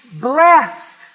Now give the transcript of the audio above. blessed